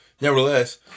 Nevertheless